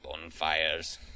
bonfires